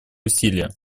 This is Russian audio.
усилия